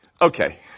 Okay